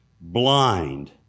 blind